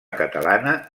catalana